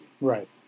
Right